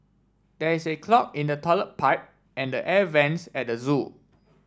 there is a clog in the toilet pipe and the air vents at zoo